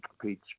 peach